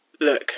look